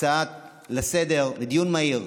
הצעה לסדר-היום לדיון מהיר,